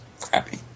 crappy